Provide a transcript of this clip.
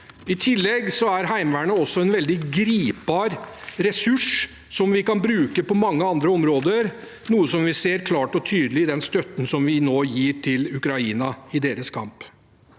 I tillegg er Heimevernet en veldig gripbar ressurs som vi kan bruke på mange andre områder, noe som vi ser klart og tydelig i den støtten som vi nå gir til Ukraina i deres kamp.